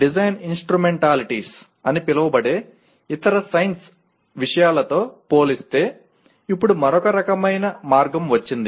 design instrumentalities అని పిలువబడే ఇతర సైన్స్ విషయాలతో పోలిస్తే ఇప్పుడు మరొక రకమైన మార్గం వచ్చింది